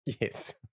Yes